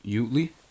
Utley